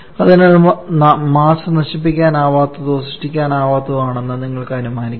അതിനാൽ മാസ് നശിപ്പിക്കാനാവാത്തതോ സൃഷ്ടിക്കാനാകാത്തതോ ആണെന്ന് നിങ്ങൾക്ക് അനുമാനിക്കാം